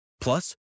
Plus